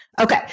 Okay